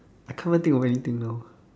I can't even think of anything now